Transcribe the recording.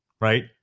right